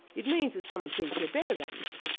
it means that someone thinks they're better than you.